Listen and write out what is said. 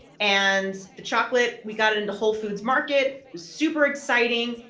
and the chocolate, we got it into whole foods market. super exciting.